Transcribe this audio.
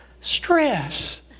stress